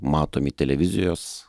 matomi televizijos